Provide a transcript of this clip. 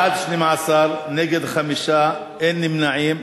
בעד, 12, נגד, 5, אין נמנעים.